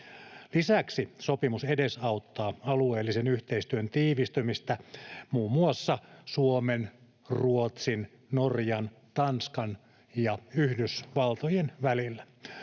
Lisäksi sopimus edesauttaa alueellisen yhteistyön tiivistymistä muun muassa Suomen, Ruotsin, Norjan, Tanskan ja Yhdysvaltojen välillä.